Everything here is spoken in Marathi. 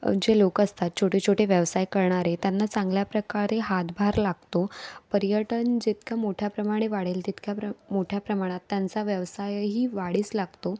जे लोकं असतात छोटेछोटे व्यवसाय करणारे त्यांना चांगल्या प्रकारे हातभार लागतो पर्यटन जितकं मोठ्या प्रमाणे वाढेल तितक्या प्र मोठ्या प्रमाणात त्यांचा व्यवसायही वाढीस लागतो